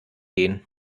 gehen